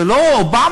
זה לא אובמה,